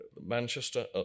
Manchester